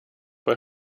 bei